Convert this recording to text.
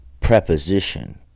preposition